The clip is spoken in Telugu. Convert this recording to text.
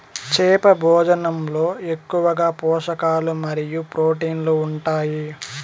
చేప భోజనంలో ఎక్కువగా పోషకాలు మరియు ప్రోటీన్లు ఉంటాయి